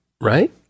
right